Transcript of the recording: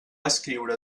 escriure